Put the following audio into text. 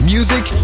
Music